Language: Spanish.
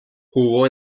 jugó